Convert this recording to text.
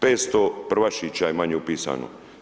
500 prvašića je manje upisano.